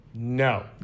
No